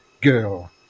Girl